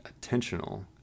attentional